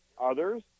Others